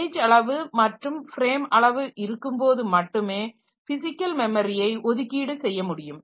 page அளவு மற்றும் frame அளவு இருக்கும் போது மட்டுமே பிசிக்கல் மெமரியை ஒதுக்கீடு செய்ய முடியும்